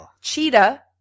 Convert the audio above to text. Cheetah